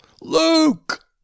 Luke